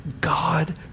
God